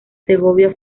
segovia